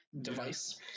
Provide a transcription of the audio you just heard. device